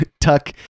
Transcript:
Tuck